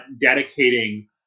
dedicating